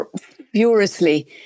furiously